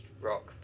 rock